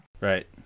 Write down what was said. right